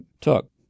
took